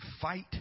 Fight